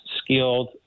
skilled